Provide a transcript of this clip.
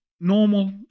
normal